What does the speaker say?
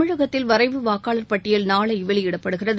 தமிழகத்தில் வரைவு வாக்காளர் பட்டியல் நாளை வெளியிடப்படுகிறது